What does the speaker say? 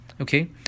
okay